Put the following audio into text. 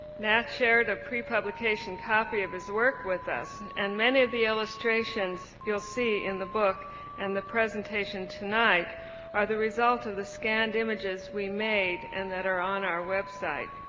nat shared a pre-publication copy of his work with us and many of the illustrations you'll see in the book and the presentation tonight are the result of the scanned images we made and that are on our website.